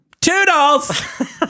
Toodles